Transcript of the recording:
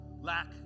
Lack